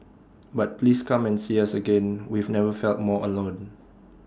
but please come and see us again we've never felt more alone